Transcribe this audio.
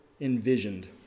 envisioned